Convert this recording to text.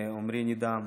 ועמרי נידם,